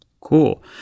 Cool